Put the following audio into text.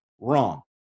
wrong